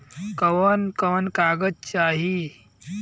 कवन कवन कागज चाही ऋण लेवे बदे?